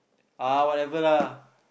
ah whatever lah